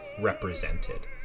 represented